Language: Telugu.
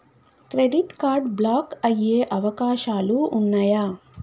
క్రెడిట్ కార్డ్ బ్లాక్ అయ్యే అవకాశాలు ఉన్నయా?